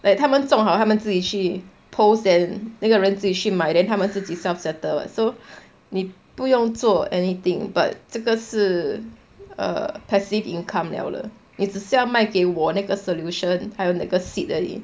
like 他们种 hor 他们自己去 post then 那个人自己去买 then 他们自己 self settle [what] so 你不用做 anything but 这个是 err passive income liao 了你只是要卖给我那个 solution 还有那个 seed 而已